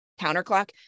Counterclock